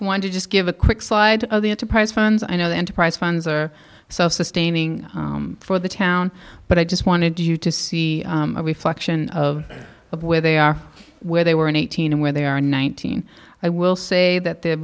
want to just give a quick side of the enterprise funds i know the enterprise funds are so sustaining for the town but i just wanted you to see a reflection of where they are where they were in eighteen and where they are nineteen i will say that the